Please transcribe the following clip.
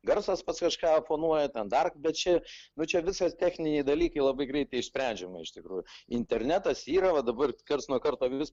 garsas pas kažką fonuoja ten dar bet čia nu čia viskas techniniai dalykai labai greitai išsprendžiama iš tikrųjų internetas yra va dabar karts nuo karto vis